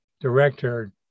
director